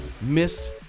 Miss